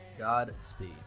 Godspeed